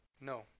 No